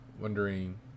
Wondering